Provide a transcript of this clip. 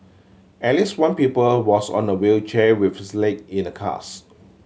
at least one pupil was on a wheelchair with his leg in a cast